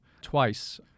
twice